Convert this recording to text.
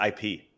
IP